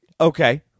Okay